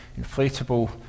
inflatable